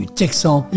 texan